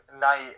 night